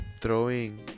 Throwing